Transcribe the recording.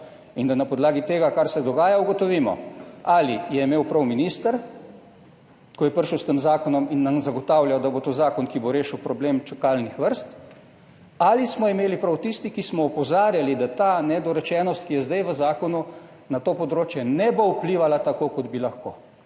In da na podlagi tega, kar se dogaja, ugotovimo, ali je imel prav minister, ko je prišel s tem zakonom in nam zagotavlja, da bo to zakon, ki bo rešil problem čakalnih vrst, ali smo imeli prav tisti, ki smo opozarjali, da ta 11. TRAK: (DAG) – 10.50 (nadaljevanje) nedorečenost, ki je zdaj v zakonu, na to področje ne bo vplivala tako, kot bi lahko.